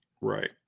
Right